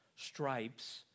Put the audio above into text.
stripes